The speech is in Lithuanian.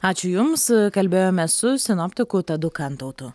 ačiū jums kalbėjome su sinoptiku tadu kantautu